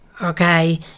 Okay